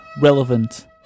relevant